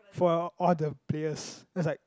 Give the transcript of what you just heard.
for all the players just like